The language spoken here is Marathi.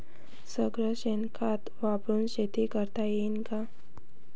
सगळं शेन खत वापरुन शेती करता येईन का?